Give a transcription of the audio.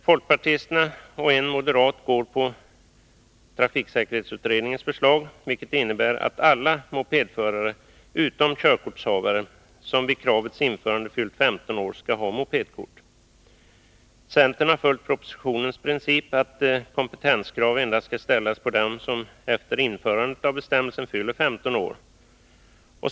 Folkpartisterna och en moderat stöder trafiksäkerhetsutredningens förslag, vilket innebär att alla mopedförare — utom körkortshavare — som vid kravets införande fyllt 15 år skall ha mopedkort. Centern har följt den princip som föreslås i propositionen, att kompetenskrav skall ställas endast på dem som efter införandet av bestämmelsen fyller 15 år.